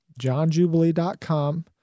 johnjubilee.com